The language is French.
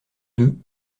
deux